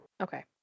Okay